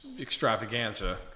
extravaganza